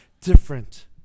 different